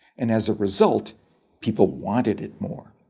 and as a result people wanted it more.